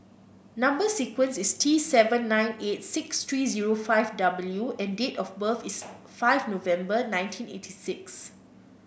number sequence is T seven nine eight six three zero five W and date of birth is five November nineteen eighty six